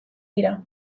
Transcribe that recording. dira